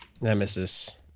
Nemesis